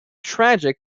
tragic